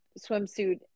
swimsuit